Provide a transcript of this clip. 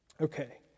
Okay